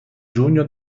giugno